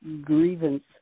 grievance